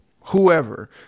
whoever